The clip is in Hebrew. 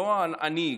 לא אני,